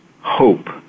hope